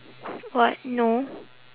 what no